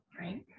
right